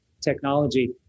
technology